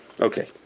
Okay